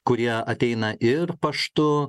kurie ateina ir paštu